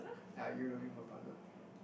are you looking for a partner